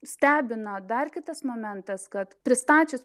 stebino dar kitas momentas kad pristačius